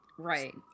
Right